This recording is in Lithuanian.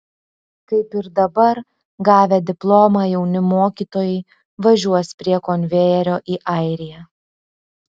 kaip ir dabar gavę diplomą jauni mokytojai važiuos prie konvejerio į airiją